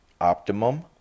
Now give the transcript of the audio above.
optimum